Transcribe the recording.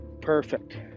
Perfect